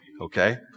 okay